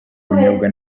ubunyobwa